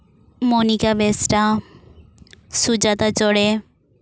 Monika Besra Sujata ᱪᱚᱲᱮ